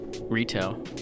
retail